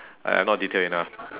I not detailed enough